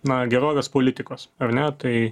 na gerovės politikos ar ne tai